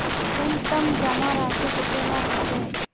न्यूनतम जमा राशि कतेला होचे?